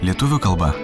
lietuvių kalba